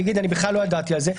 יגיד: בכלל לא ידעתי על זה,